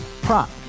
Prop